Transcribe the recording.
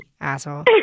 asshole